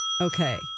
Okay